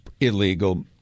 Illegal